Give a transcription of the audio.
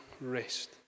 rest